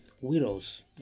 Widows